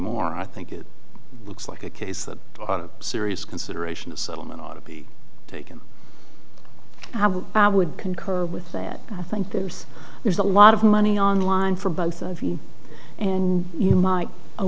more i think it looks like a case that serious consideration of settlement ought to be taken i would concur with that i think there's there's a lot of money online for both of you and you might